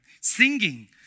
Singing